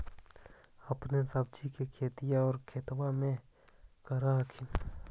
अपने सब्जिया के खेतिया कौन सा खेतबा मे कर हखिन?